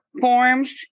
forms